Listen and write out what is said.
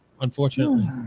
unfortunately